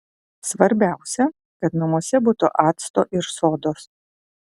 svarbiausia kad namuose būtų acto ir sodos